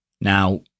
Now